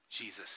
Jesus